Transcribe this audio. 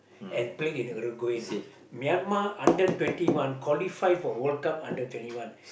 and play in Uruguay you know Myanmar under twenty one qualify for World-Cup under twenty one